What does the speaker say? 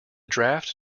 draft